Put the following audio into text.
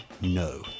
no